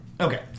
Okay